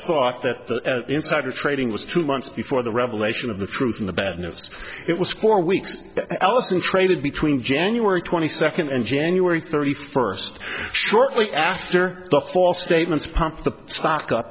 thought that insider trading was two months before the revelation of the truth in the bad news it was for weeks alison traded between january twenty second and january thirty first shortly after the false statements pumped the stoc